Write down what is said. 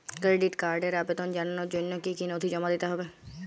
Credit কার্ডের আবেদন জানানোর জন্য কী কী নথি জমা দিতে হবে?